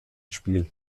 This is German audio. spiel